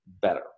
better